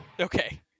okay